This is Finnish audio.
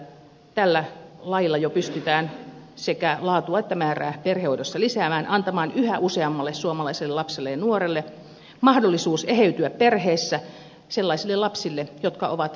tällä lailla jo pystytään sekä laatua että määrää perhehoidossa lisäämään antamaan yhä useammalle suomalaiselle lapselle ja nuorelle mahdollisuus eheytyä perheessä sellaisille lapsille jotka ovat kokeneet kovia